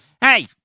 Hey